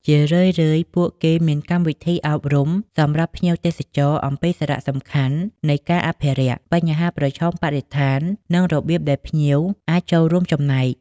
ជារឿយៗពួកគេមានកម្មវិធីអប់រំសម្រាប់ភ្ញៀវទេសចរអំពីសារៈសំខាន់នៃការអភិរក្ស បញ្ហាប្រឈមបរិស្ថាន និងរបៀបដែលភ្ញៀវអាចចូលរួមចំណែក។